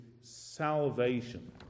salvation